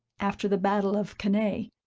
after the battle of cannae,